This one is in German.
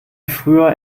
früher